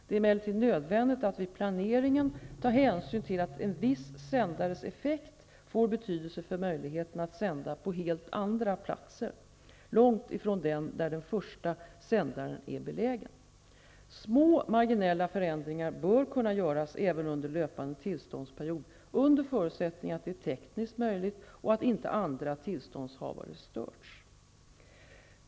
Det är emellertid nödvändigt att vid planeringen ta hänsyn till att en viss sändares effekt får betydelse för möjligheten att sända på helt andra platser, långt från den där den första sändaren är belägen. Små marginella förändringar bör kunna göras även under löpande tillståndsperiod, under förutsättning att det är tekniskt möjligt och att inte andra tillståndshavare störs.